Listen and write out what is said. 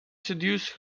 seduce